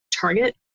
target